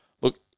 look